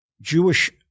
Jewish